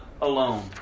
alone